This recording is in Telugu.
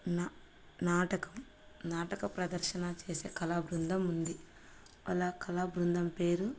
నా నాటకం నాటక ప్రదర్శన చేసే కళా బృందం ఉంది వాళ్ళ కళా బృందం పేరు